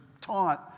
taunt